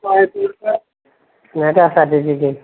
വാഴത്തൂർക്ക് ഞാൻ K S R T സിക്ക്